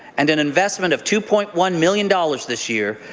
and an investment of two point one million dollars this year,